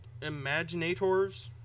Imaginators